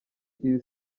iri